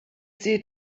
sie